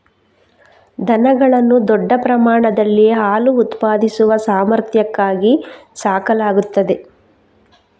ದನಗಳನ್ನು ದೊಡ್ಡ ಪ್ರಮಾಣದಲ್ಲಿ ಹಾಲು ಉತ್ಪಾದಿಸುವ ಸಾಮರ್ಥ್ಯಕ್ಕಾಗಿ ಸಾಕಲಾಗುತ್ತದೆ